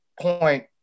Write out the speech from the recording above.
point